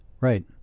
right